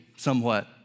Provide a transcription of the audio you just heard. somewhat